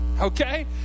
okay